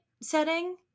setting